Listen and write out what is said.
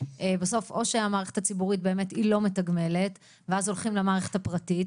בסוף או שהמערכת הציבורית באמת היא לא מתגמלת ואז הולכים למערכת הפרטית,